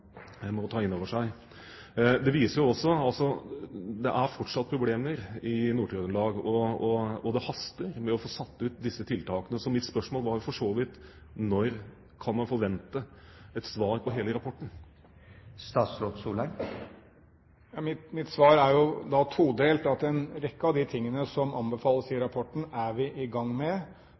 ta inn over seg. Det er fortsatt problemer i Nord-Trøndelag, og det haster med å få satt disse tiltakene ut i livet, så mitt spørsmål er altså: Når kan man forvente et svar på hele rapporten? Mitt svar er todelt. En rekke av de tingene som anbefales i rapporten, er vi i gang med,